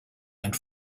and